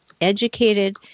educated